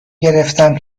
گرفتم